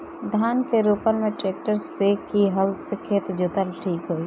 धान के रोपन मे ट्रेक्टर से की हल से खेत जोतल ठीक होई?